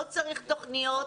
לא צריך תוכניות,